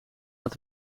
het